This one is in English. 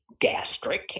gastric